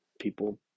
People